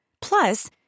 Plus